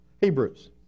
Hebrews